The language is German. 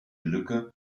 lücke